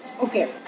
Okay